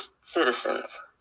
citizens